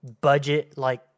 budget-like